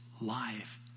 life